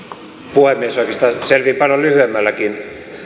puhemies oikeastaan selviän paljon lyhyemmälläkin